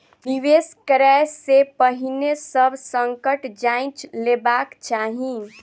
निवेश करै से पहिने सभ संकट जांइच लेबाक चाही